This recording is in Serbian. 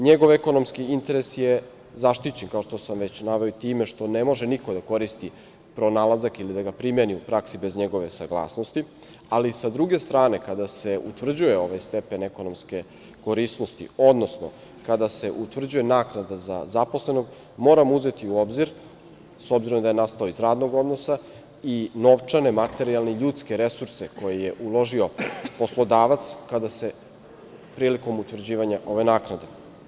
Njegov ekonomski interes je zaštićen, kao što sam već naveo i time što ne može niko da koristi pronalazak ili da ga primeni u praksi bez njegove saglasnosti, ali sa druge strane kada se utvrđuje ovaj stepen ekonomske korisnosti, odnosno kada se utvrđuje naknada za zaposlenog, moramo uzeti u obzir, obzirom da je nastao iz radnog odnosa i novčane i materijalne i ljudske resurse koje je uložio poslodavac prilikom utvrđivanja ove naknade.